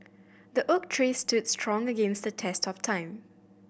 the oak tree stood strong against the test of time